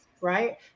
Right